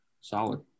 Solid